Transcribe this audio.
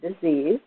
Disease